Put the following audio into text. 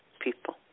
people